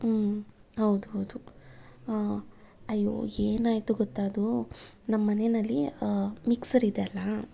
ಹೌದು ಹೌದು ಅಯ್ಯೋ ಏನಾಯಿತು ಗೊತ್ತಾ ಅದು ನಮ್ಮ ಮನೆಯಲ್ಲಿ ಮಿಕ್ಸರ್ ಇದೆಯಲ್ಲ